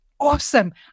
Awesome